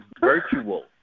virtual